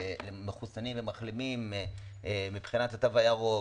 שמחוסנים ומחלימים מבחינת התו הירוק,